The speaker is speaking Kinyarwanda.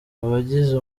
abagize